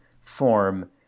form